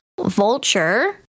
vulture